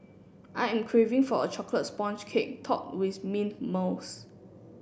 I am craving for a chocolate sponge cake topped with mint mousse